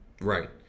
Right